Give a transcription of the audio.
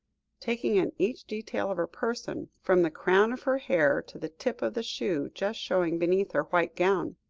taking in each detail of her person, from the crown of her hair to the tip of the shoe just showing beneath her white gown.